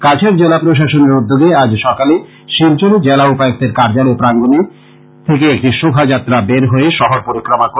কাছাড় জেলা প্রশাসনের উদ্যোগে আজ সকালে শিলচরে জেলা উপায়ুক্তের কার্য্যলয় প্রাঙ্গন থেকে একটি শোভা যাত্রা বের হয়ে শহর পরিক্রমা করে